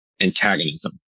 antagonism